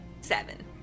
Seven